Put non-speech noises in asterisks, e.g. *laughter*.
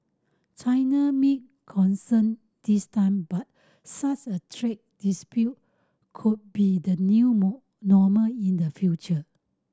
China might concede this time but such a trade dispute could be the new *unintelligible* normal in the future